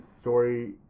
story